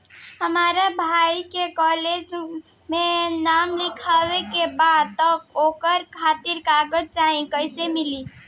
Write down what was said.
हमरा भाई के कॉलेज मे नाम लिखावे के बा त ओकरा खातिर कर्जा चाही कैसे मिली?